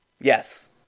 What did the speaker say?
Yes